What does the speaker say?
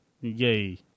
Yay